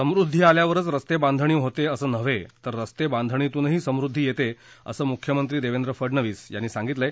समृद्धी आल्यावर रस्ते बांधणी होते असं नव्हे तर रस्तेबांधणीतूनही समृद्धी येते असं मुख्यमंत्री देवेंद्र फडनवीस यांनी सांगितलं आहे